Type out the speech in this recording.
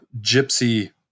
gypsy